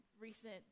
recent